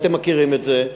ואתם מכירים את זה.